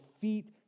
feet